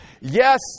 Yes